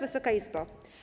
Wysoka Izbo!